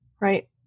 Right